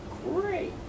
Great